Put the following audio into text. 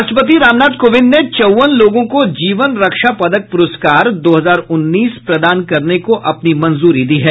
राष्ट्रपति रामनाथ कोविंद ने चौवन लोगों को जीवन रक्षा पदक प्रस्कार दो हजार उन्नीस प्रदान करने को अपनी मंजूरी दी है